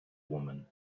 woman